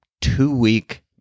two-week